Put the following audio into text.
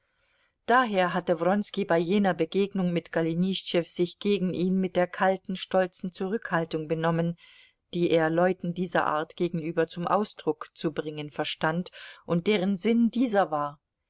daher hatte wronski bei jener begegnung mit golenischtschew sich gegen ihn mit der kalten stolzen zurückhaltung benommen die er leuten dieser art gegenüber zum ausdruck zu bringen verstand und deren sinn dieser war